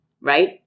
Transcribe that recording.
right